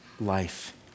life